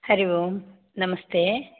हरि ओम् नमस्ते